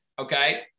okay